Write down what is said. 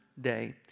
day